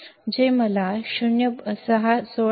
9 डेसिबलचे मूल्य देईल जे मला 16